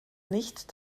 nicht